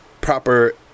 proper